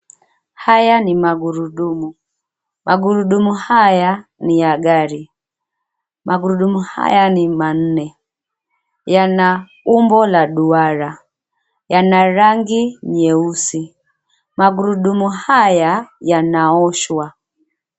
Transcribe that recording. Haya ni magurudumu, magurudumu haya ni ya gari, magurudumu haya ni manne yana umbo la duara yana rangi nyeusi. Magurudumu haya yanaoshwa.